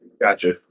Gotcha